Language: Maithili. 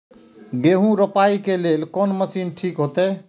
गेहूं रोपाई के लेल कोन मशीन ठीक होते?